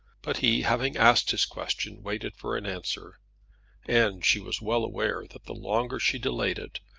but he, having asked his question, waited for an answer and she was well aware that the longer she delayed it,